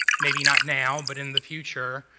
maybe not now, but in the future,